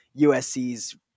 USC's